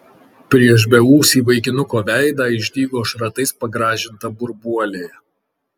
prieš beūsį vaikinuko veidą išdygo šratais pagrąžinta burbuolė